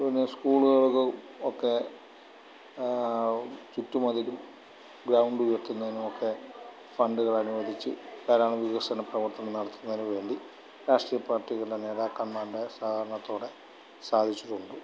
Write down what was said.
പിന്നെ സ്കൂളുകള്ക്ക് ഒക്കെ ചുറ്റുമതിലും ഗ്രൗണ്ട് കെട്ടുന്നതിനുമൊക്കെ ഫണ്ടുകള് അനുവദിച്ച് ധാരാളം വികസന പ്രവർത്തനം നടത്തുന്നതിന് വേണ്ടി രാഷ്ട്രീയ പാർട്ടികളുടെ നേതാക്കന്മാരുടെ സഹകരണത്തോടെ സാധിച്ചിട്ടുണ്ട്